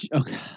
Okay